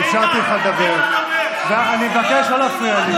יש גבול למה שהקואליציה הזאת מנסה לעשות.